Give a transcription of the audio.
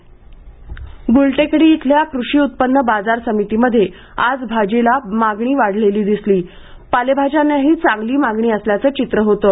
पणे भाजी मागणी गुलटेकडी इथल्या कृषी उत्पन्न बाजार समितीमध्ये आज भाजीला मागणी वाढलेली दिसली पालेभाज्यांनाही चांगली मागणी असल्याचं चित्र होतं